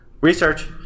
research